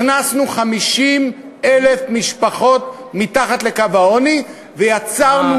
הכנסנו 50,000 משפחות מתחת לקו העוני ויצרנו